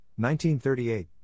1938